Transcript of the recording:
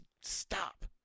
stop